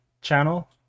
channel